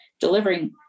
delivering